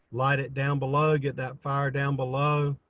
light it down below. get that fire down below.